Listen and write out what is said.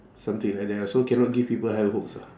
something like that ah so cannot give people high hopes lah